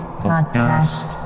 podcast